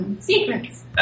Secrets